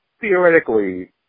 theoretically